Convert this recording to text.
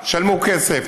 תשלמו כסף,